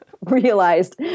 realized